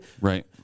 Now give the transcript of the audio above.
Right